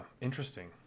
interesting